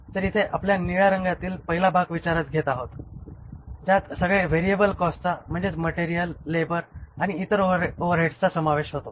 तर इथे आपण निळ्या रंगातील पहिला भाग विचारात घेत आहोत ज्यात सगळे व्हेरिएबल कॉस्टसचा म्हणजेच मटेरियल लेबर आणि इतर ओव्हरहेडसचा समावेश होतो